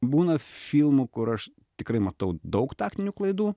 būna filmų kur aš tikrai matau daug taktinių klaidų